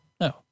No